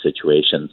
situations